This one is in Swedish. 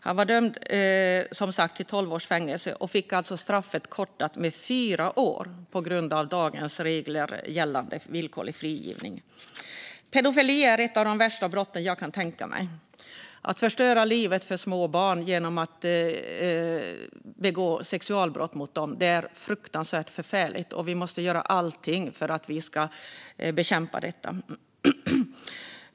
Han var som sagt dömd till tolv års fängelse och fick alltså straffet kortat med hela fyra år på grund av dagens regler gällande villkorlig frigivning. Pedofili är ett av de värsta brott jag kan tänka mig. Att förstöra livet för små barn genom att begå sexualbrott mot dem är fruktansvärt och förfärligt, och vi måste göra allt för att bekämpa detta.